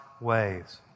ways